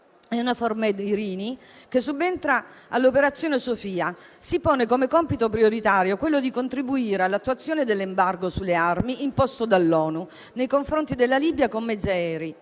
Eunavfor Med Irini subentra all'operazione Sophia e si pone come compito prioritario quello di contribuire all'attuazione dell'embargo sulle armi imposto dall'ONU nei confronti della Libia con mezzi aerei,